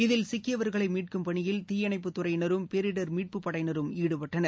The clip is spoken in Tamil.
இதில் சிக்கியவர்களை மீட்கும் பணியில் தீயணைப்பு துறையினரும் பேரிடர் மீட்பு படையினரும் ஈடுபட்டனர்